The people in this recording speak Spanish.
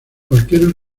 cualquier